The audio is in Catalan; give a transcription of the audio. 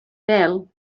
pèl